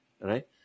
right